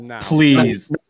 Please